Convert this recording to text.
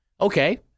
Okay